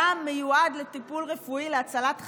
דם מיועד לטיפול רפואי להצלת חיים.